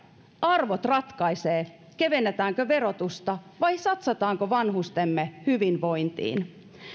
arvot ratkaisevat kevennetäänkö verotusta vai satsataanko vanhustemme hyvinvointiin